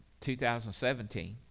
2017